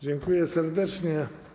Dziękuję serdecznie.